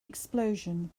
explosion